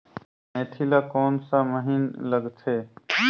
मेंथी ला कोन सा महीन लगथे?